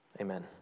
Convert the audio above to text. amen